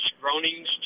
groanings